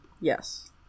Yes